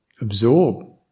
absorb